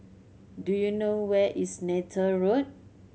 do you know where is Neythal Road